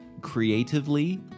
creatively